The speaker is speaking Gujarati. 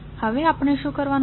હવે આપણે શું કરવાનું છે